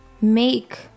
make